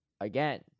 again